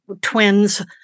twins